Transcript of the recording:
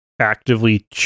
actively